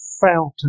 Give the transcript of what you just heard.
fountain